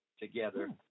together